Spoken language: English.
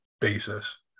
basis